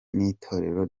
n’itorero